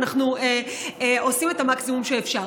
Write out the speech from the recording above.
אבל אנחנו עושים את המקסימום שאפשר.